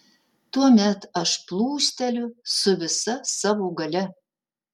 tuomet aš plūsteliu su visa savo galia